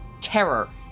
terror